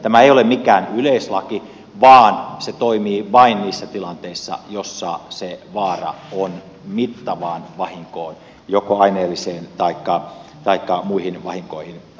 tämä ei ole mikään yleislaki vaan se toimii vain niissä tilanteissa joissa se vaara on mittavaan vahinkoon joko aineelliseen taikka muihin vahinkoihin olemassa